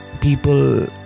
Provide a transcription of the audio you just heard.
people